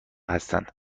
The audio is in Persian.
هستند